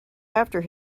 after